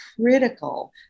critical